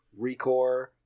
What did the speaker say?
ReCore